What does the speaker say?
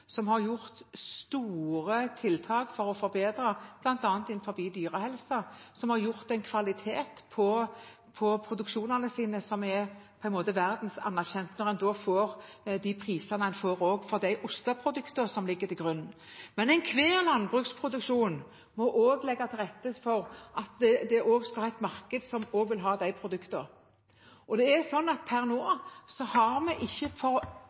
som har gjort store tiltak for forbedring, bl.a. innenfor dyrehelse, og som har gitt en kvalitet på produksjonen som er anerkjent verden over, ved at en bl.a. får disse prisene for osteprodukter. Men enhver landbruksproduksjon må også legge til rette for et marked som vil ha produktene. Per nå har vi ikke for